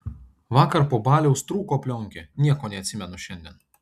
vakar po baliaus trūko plionkė nieko neatsimenu šiandien